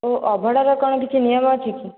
ଓ ଅଭଡ଼ାର କ'ଣ କିଛି ନିୟମ ଅଛିକି